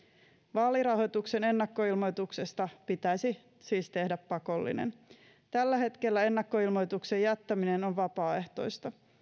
vaalirahoituksen ennakkoilmoituksesta pitäisi siis tehdä pakollinen tällä hetkellä ennakkoilmoituksen jättäminen on vapaaehtoista